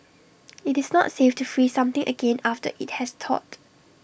IT is not safe to freeze something again after IT has thawed